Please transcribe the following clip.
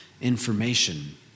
information